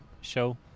show